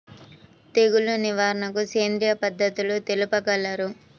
తెగులు నివారణకు సేంద్రియ పద్ధతులు తెలుపగలరు?